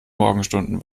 morgenstunden